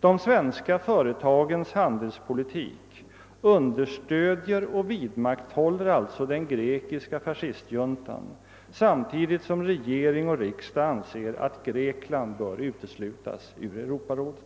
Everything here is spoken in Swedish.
De svenska företagens handelspolitik understödjer och vidmakthåller den grekiska fascistjuntan samtidigt som regering och riksdag anser att Grekland bör uteslutas ur Europarådet.